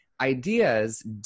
ideas